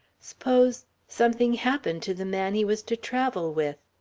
suppose. something happened to the man he was to travel with.